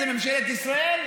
זה ממשלת ישראל,